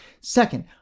second